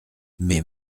mais